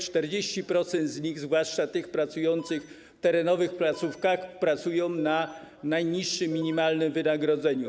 40% z nich, zwłaszcza tych pracujących w terenowych placówkach, pracuje za najniższe minimalne wynagrodzenie.